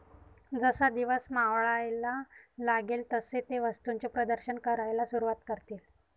जसा दिवस मावळायला लागेल तसे ते वस्तूंचे प्रदर्शन करायला सुरुवात करतील